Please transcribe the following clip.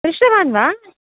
दृष्टवान् वा